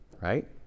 right